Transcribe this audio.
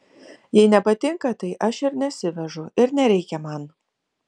jei nepatinka tai aš ir nesivežu ir nereikia man